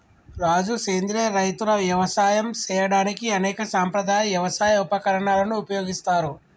రాజు సెంద్రియ రైతులు యవసాయం సేయడానికి అనేక సాంప్రదాయ యవసాయ ఉపకరణాలను ఉపయోగిస్తారు